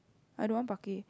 I don't want parquet